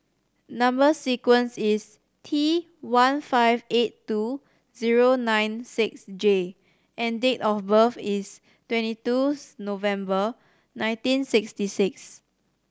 number sequence is T one five eight two zero nine six J and date of birth is twenty two November nineteen sixty six